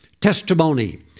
testimony